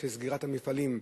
סגירת המפעלים,